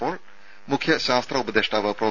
Paul മുഖ്യ ശാസ്ത്ര ഉപദേഷ്ടാവ് പ്രൊഫ